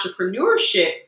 entrepreneurship